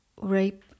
Rape